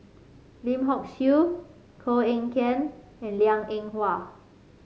Lim Hock Siew Koh Eng Kian and Liang Eng Hwa